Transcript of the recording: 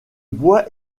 bois